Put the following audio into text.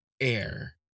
air